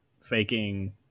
faking